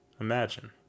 Imagine